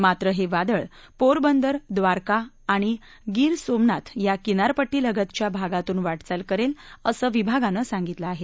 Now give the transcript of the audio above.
मात्र हे वादळ पोरबंदर द्वारका आणि गिर सोमनाथ या किनारपट्टीलगतच्या भागातून वाटचाल करेल असं विभागानं सांगितलं आहे